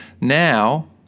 Now